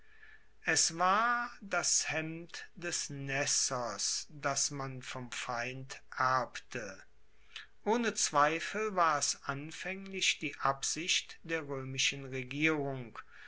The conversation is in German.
es war das hemd des nessos das man vom feind erbte ohne zweifel war es anfaenglich die absicht der roemischen regierung